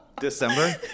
December